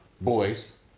boys